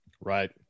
Right